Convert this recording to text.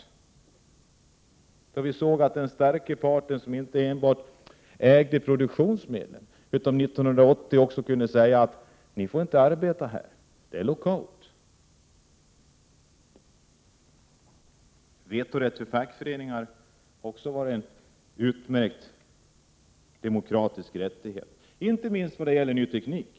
År 1980 såg vi hur den starka parten som inte enbart ägde produktionsmedlen kunde säga: Ni får inte arbeta här, det är lockout. Vetorätten för fackföreningar har också varit en utmärkt demokratisk rättighet — inte minst vad gäller ny teknik.